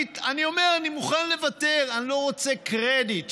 אני אומר, אני מוכן לוותר, אני לא רוצה קרדיט.